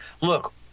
look